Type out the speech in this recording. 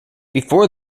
before